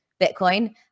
Bitcoin